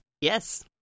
Yes